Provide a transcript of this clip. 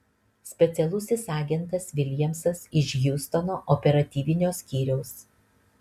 specialusis agentas viljamsas iš hjustono operatyvinio skyriaus